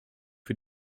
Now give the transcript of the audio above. für